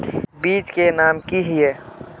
बीज के नाम की हिये?